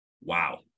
wow